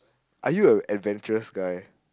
are you an adventurous guy